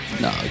No